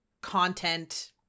content